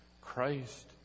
Christ